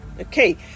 okay